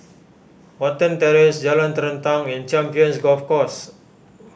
Watten Terrace Jalan Terentang and Champions Golf Course